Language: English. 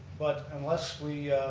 but unless we